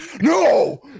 No